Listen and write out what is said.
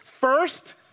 First